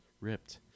ripped